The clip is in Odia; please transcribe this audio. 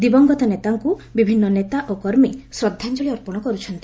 ଦିବଂଗତ ନେତାଙ୍କୁ ବିଭିନ୍ନ ନେତା ଓ କର୍ମୀ ଶ୍ରଦ୍ଧାଞ୍ଚଳି ଅର୍ପଣ କରୁଛନ୍ତି